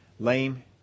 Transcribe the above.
Lame